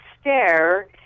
stare